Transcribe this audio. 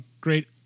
great